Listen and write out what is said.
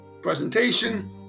presentation